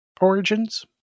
origins